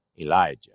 Elijah